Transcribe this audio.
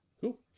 Cool